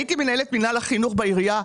הייתי מנהלת מינהל החינוך בעירייה.